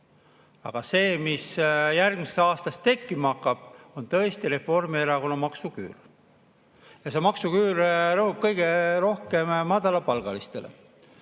aga see, mis järgmisest aastast tekkima hakkab, on tõesti Reformierakonna maksuküür, ja see maksuküür rõhub kõige rohkem madalapalgalisi.